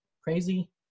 crazy